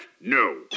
No